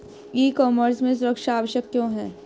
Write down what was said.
ई commerce में सुरक्षा आवश्यक क्यों है?